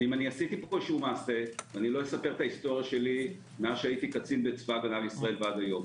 לא אספר את ההיסטוריה שלי מאז הייתי קצין בצה"ל עד היום.